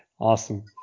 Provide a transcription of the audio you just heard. Awesome